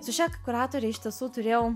su šia kuratore iš tiesų turėjau